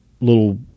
little